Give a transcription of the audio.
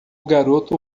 garoto